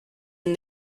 and